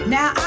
Now